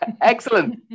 Excellent